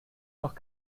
noch